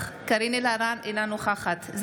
אינו נוכח קארין אלהרר,